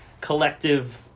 collective